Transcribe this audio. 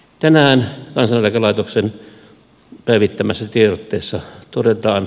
tänään kansaneläkelaitoksen päivittämässä tiedotteessa todetaan